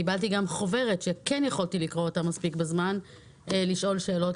קיבלתי גם חוברת שכן יכולתי לקרוא מראש כדי לשאול שאלות,